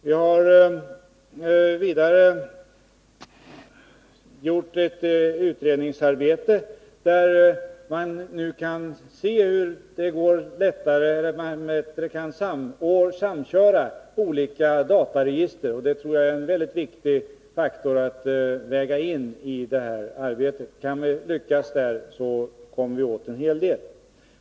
Vi avser vidare att göra en utredning om det går att samköra olika dataregister. Det tror jag är en mycket viktig faktor att väga in i detta arbete. Kan vi lyckas på det området, kommer vi åt en hel del.